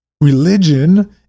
Religion